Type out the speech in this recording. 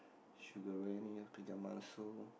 sugar